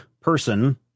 person